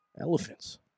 elephants